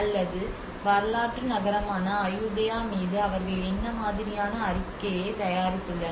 அல்லது வரலாற்று நகரமான அயுதயா மீது அவர்கள் என்ன மாதிரியான அறிக்கையை தயாரித்துள்ளனர்